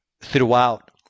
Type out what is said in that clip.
throughout